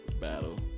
battle